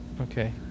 Okay